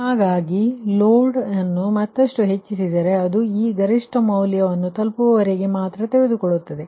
ಆದ್ದರಿಂದ ಲೋಡ್ ಅನ್ನು ಮತ್ತಷ್ಟು ಹೆಚ್ಚಿಸಿದರೆ ಅದು ಈ ಗರಿಷ್ಠ ಮೌಲ್ಯವನ್ನು ತಲುಪುವವರೆಗೆ ಮಾತ್ರ ತೆಗೆದುಕೊಳ್ಳುತ್ತದೆ